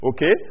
Okay